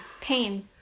pain